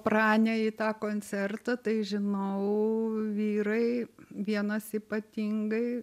pranę į tą koncertą tai žinau vyrai vienas ypatingai